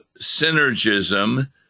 synergism